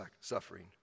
suffering